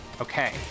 Okay